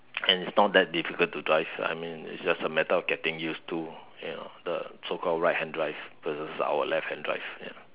and is not that difficult to drive I mean is just a matter of getting used to you know the so called right hand drive versus our left hand drive ya